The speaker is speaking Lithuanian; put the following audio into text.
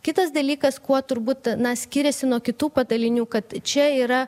kitas dalykas kuo turbūt na skiriasi nuo kitų padalinių kad čia yra